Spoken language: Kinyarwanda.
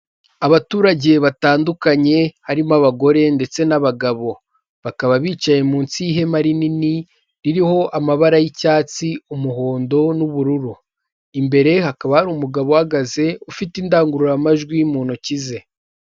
Abaturage batandukanye harimo abagore ndetse n'abagabo. Bakaba bicaye munsi y'ihema rinini ririho amabara y'icyatsi, umuhondo n'ubururu. Imbere hakaba hari umugabo uhagaze ufite indangururamajwi mu ntoki ze.